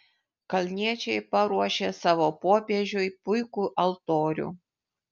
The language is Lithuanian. kalniečiai paruošė savo popiežiui puikų altorių